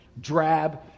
drab